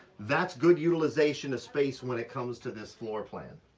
that's good utilization of space when it comes to this floor plan.